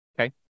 Okay